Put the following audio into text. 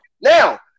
now